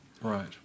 Right